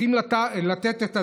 צריכים לתת את הדעת.